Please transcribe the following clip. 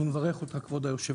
אני מברך אותך, כבוד היושב-ראש.